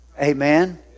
Amen